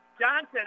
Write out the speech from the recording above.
Johnson